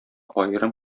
аерым